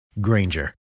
Granger